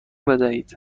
بدهید